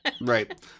Right